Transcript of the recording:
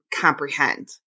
comprehend